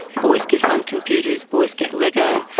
boys get home computers, boys get lego,